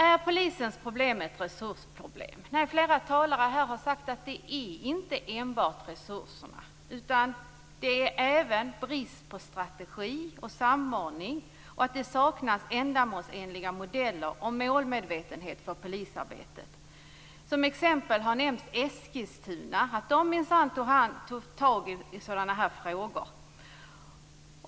Är polisens problem ett resursproblem? Nej, flera talare här har sagt att det inte enbart handlar om resurserna, utan att det även handlar om brist på strategi och samordning och att det saknas ändamålsenliga modeller och målmedvetenhet för polisarbetet. Som exempel har nämnts Eskilstuna. Där tog man minsann tag i sådana här frågor.